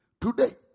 Today